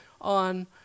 on